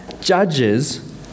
judges